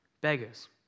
beggars